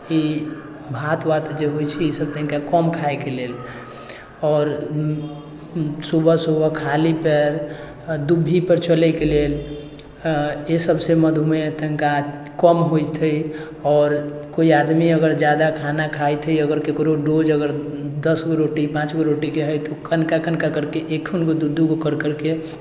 इ भात वात जे होइ छै ई सब तनिका कम खायके लेल आओर सुबह सुबह खाली पयर दूभी पर चलैके लेल अय सबसँ मधुमेह तनिका कम होयत है आओर कोइ आदमी अगर जादा खाना खाइत होइ अगर केकरो डोज अगर दस गो रोटी पाँच गो रोटीके है तऽ कनिका कनिका करके एगो दू दू गो कर करके